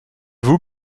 vous